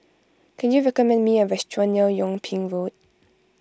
can you recommend me a restaurant near Yung Ping Road